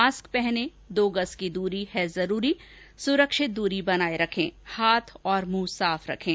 mask पहनें दो गज की दूरी है जरूरी सुरक्षित दूरी बनाए रखें हाथ और मुंह साफ रखें